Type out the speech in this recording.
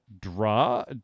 draw